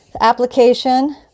application